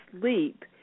sleep